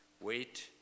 wait